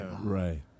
right